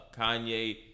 Kanye